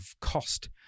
cost